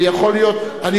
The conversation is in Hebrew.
60 שנה לא היו,